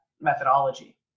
methodology